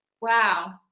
Wow